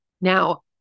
Now